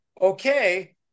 okay